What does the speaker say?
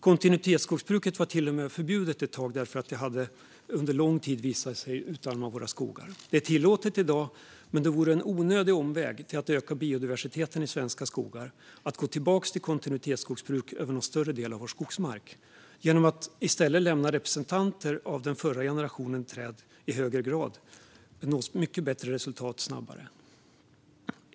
Kontinuitetsskogsbruket var till och med förbjudet ett tag, därför att det under lång tid hade visat sig utarma våra skogar. Det är tillåtet i dag, men det vore en onödig omväg till att öka biodiversiteten i svenska skogar att gå tillbaka till kontinuitetsskogsbruk över någon större del av vår skogsmark. Genom att i stället i högre grad lämna representanter för den förra generationen träd nås mycket bättre resultat snabbare. Fru talman!